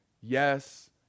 yes